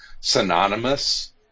synonymous